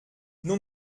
non